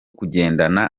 kugendana